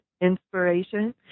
inspiration